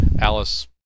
Alice